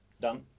done